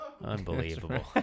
Unbelievable